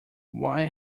why